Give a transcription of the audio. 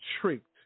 tricked